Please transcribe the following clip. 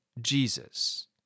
Jesus